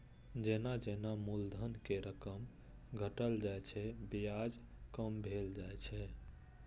जेना जेना मूलधन के रकम घटल जाइ छै, ब्याज कम भेल जाइ छै